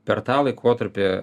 per tą laikotarpį